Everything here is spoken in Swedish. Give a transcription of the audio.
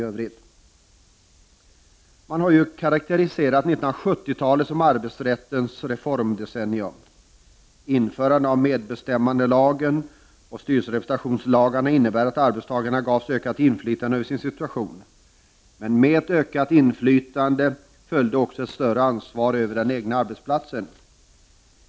1970-talet har karakteriserats som arbetsrättens reformdecennium. Införandet av medbestämmandelagen och styrelserepresentationslagarna innebar att arbetstagarna gavs ökat inflytande över sin situation. Men med ökat inflytande följde också ett större ansvar över den egna arbetsplatsen.